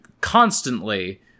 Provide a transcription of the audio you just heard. constantly